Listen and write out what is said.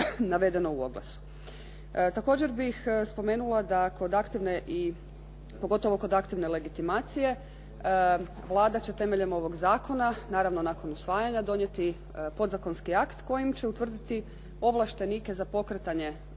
Također bih spomenula da kod aktivne, pogotovo kod aktivne legitimacije Vlada će temeljem ovog zakona, naravno nakon usvajanja donijeti podzakonski akt kojim će utvrditi ovlaštenike za pokretanje